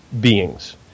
beings